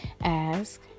ask